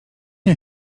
nie